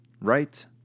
right